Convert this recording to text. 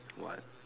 what